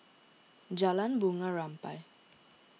Jalan Bunga Rampai